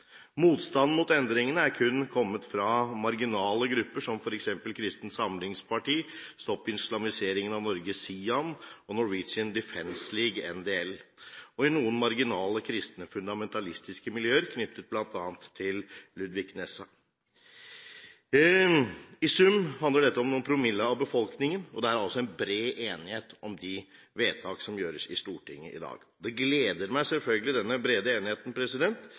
Motstanden mot endringene er kun kommet fra marginale grupper, som f.eks. Kristent Samlingsparti, Stopp islamiseringen av Norge, SIAN, og Norwegian Defence League, NDL, og i noen marginale kristne fundamentalistiske miljøer knyttet til bl.a. Ludvig Nessa. I sum handler dette om noen promille av befolkningen, og det er bred enighet om de vedtak som gjøres i Stortinget i dag. Denne brede enigheten gleder meg selvfølgelig.